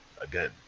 Again